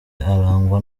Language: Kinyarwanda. arangwa